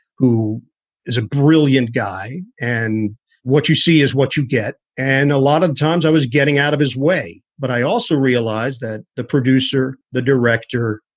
who is a brilliant guy. and what you see is what you get. and a lot of times i was getting out of his way, but i also realized that the producer, the director,